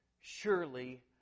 Surely